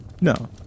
No